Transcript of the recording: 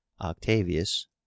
octavius